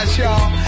y'all